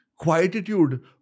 quietitude